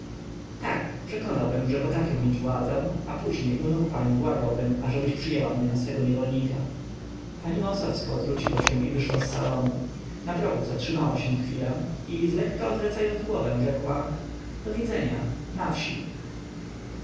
tak przekonałbym że potrafię mieć władzę a później u nóg pani błagałbym ażebyś przyjęła mnie na swego niewolnika pani wąsowska odwróciła się i wyszła z salonu na progu zatrzymała się chwilę i zlekka odwracając głowę rzekła do widzenia na wsi